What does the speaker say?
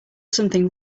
something